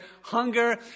hunger